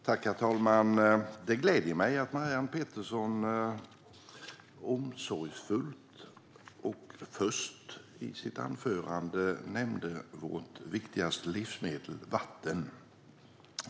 Herr talman! Det gläder mig att Marianne Pettersson omsorgsfullt och först i sitt anförande nämnde vårt viktigaste livsmedel, vatten.